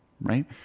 right